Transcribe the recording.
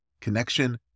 Connection